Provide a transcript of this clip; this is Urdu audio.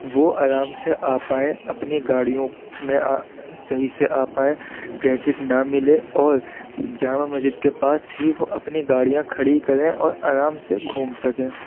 وہ آرام سے آ پائیں اپنی گاڑیوں میں صحیح سے آ پائیں ٹریفک نہ ملے اور جامع مسجد کے پاس ہی وہ اپنی گاڑیاں کھڑی کریں اور آرام سے گھوم سکیں